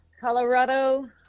Colorado